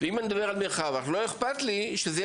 אם מדברים על גדר לא אכפת לי שזה יהיה